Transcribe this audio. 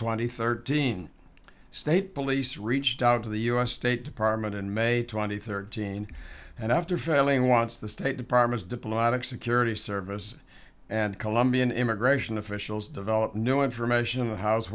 twenty thirteen state police reached out to the u s state department in may two thousand and thirteen and after failing wants the state department's diplomatic security service and colombian immigration officials developed new information in the house